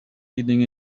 leading